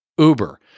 Uber